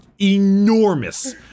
enormous